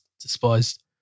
despised